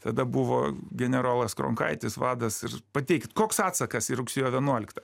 tada buvo generolas kronkaitis vadas ir pateikt koks atsakas į rugsėjo vienuoliktą